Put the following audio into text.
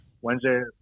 Wednesday